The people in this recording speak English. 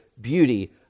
beauty